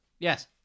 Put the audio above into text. Yes